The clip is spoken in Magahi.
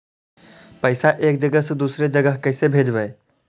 पैसा एक जगह से दुसरे जगह कैसे भेजवय?